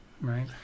right